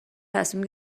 تصمیم